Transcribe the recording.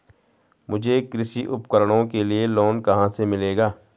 मुझे कृषि उपकरणों के लिए लोन कहाँ से मिलेगा?